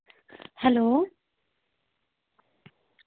hello